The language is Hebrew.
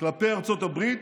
כלפי ארצות הברית,